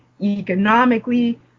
economically